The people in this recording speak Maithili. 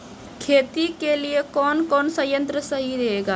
खेती के लिए कौन कौन संयंत्र सही रहेगा?